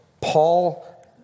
Paul